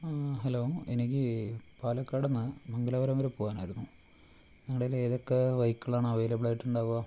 hello എനിക്ക് പാലക്കാടുനിന്ന് മംഗലാപുരം വരെ പോകാനായിരുന്നു നിങ്ങളുടെ കൈയിൽ ഏതൊക്കെ ബൈക്കുകളാണ് അവൈലബിൾ ആയിട്ടുണ്ടാവുക